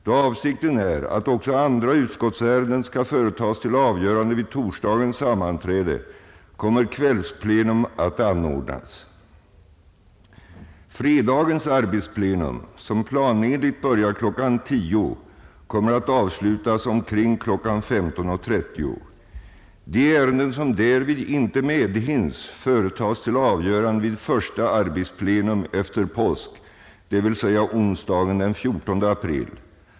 Då avsikten är att också andra utskottsärenden skall företas till avgörande vid torsdagens sammanträde kommer kvällsplenum att anordnas. Fredagens arbetsplenum, som planenligt börjar kl. 10.00, kommer att avslutas omkring kl. 15.30. De ärenden som därvid inte medhinns företas till avgörande vid första arbetsplenum efter påsk, dvs. onsdagen den 14 april.